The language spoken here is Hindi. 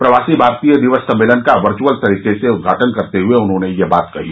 प्रवासी भारतीय दिवस सम्मेलन का वर्युअल तरीके से उद्घाटन करते हुए उन्होंने यह बात कही